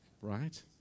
right